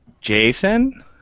Jason